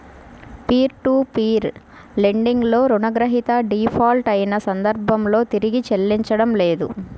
peer to peer lending లో రుణగ్రహీత default అయిన సందర్భంలో తిరిగి చెల్లించడం లేదు